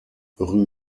rue